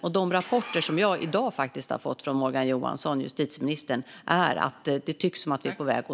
Enligt de rapporter som jag i dag har fått från justitieminister Morgan Johansson tycks vi faktiskt vara på väg att nå målen.